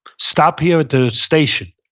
stop here at the station.